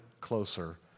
closer